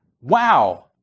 Wow